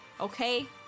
okay